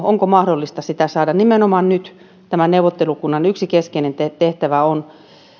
onko mahdollista sitä saada nimenomaan nyt tämän neuvottelukunnan yksi keskeinen tehtävä on